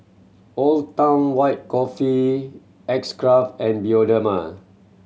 Old Town White Coffee X Craft and Bioderma